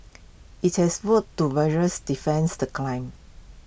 IT has vowed to vigorous defense the claims